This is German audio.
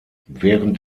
während